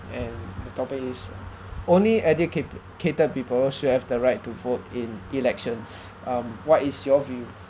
and the topic is only educated people should have the right to vote in elections um what is your view